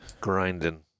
grinding